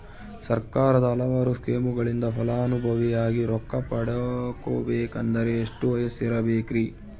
ಸರ್ಕಾರದ ಹಲವಾರು ಸ್ಕೇಮುಗಳಿಂದ ಫಲಾನುಭವಿಯಾಗಿ ರೊಕ್ಕ ಪಡಕೊಬೇಕಂದರೆ ಎಷ್ಟು ವಯಸ್ಸಿರಬೇಕ್ರಿ?